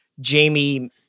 Jamie